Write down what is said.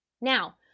Now